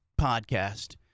podcast